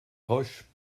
roche